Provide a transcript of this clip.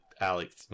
Alex